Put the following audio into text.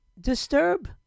disturb